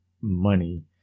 money